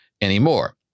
anymore